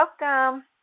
welcome